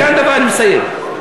אני מסיים.